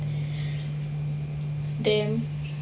damn